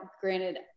granted